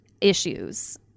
issues